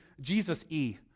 Jesus-E